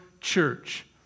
church